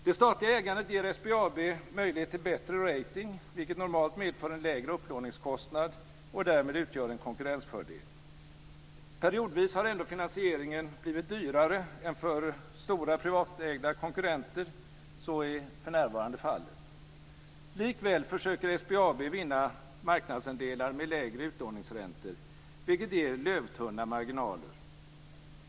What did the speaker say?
Det statliga ägandet ger SBAB möjlighet till bättre rating, vilket normalt medför en lägre upplåningskostnad och därmed utgör en konkurrensfördel. Periodvis har ändå finansieringen blivit dyrare än för stora privatägda konkurrenter - så är för närvarande fallet. Likväl försöker SBAB vinna marknadsandelar med lägre utlåningsräntor, vilket ger lövtunna marginaler.